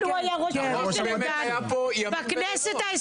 יוליה מלינובסקי, בבקשה.